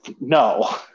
No